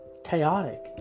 chaotic